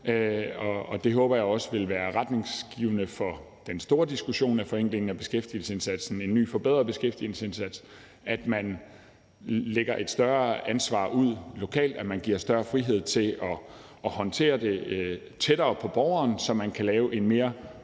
og jeg håber også, det vil være retningsgivende for den store diskussion om forenklingen af beskæftigelsesindsatsen og indførelsen af en ny, forbedret beskæftigelsesindsats, at man lægger et større ansvar ud lokalt, og at man giver større frihed til at håndtere det tættere på borgeren, så man kan lave en mere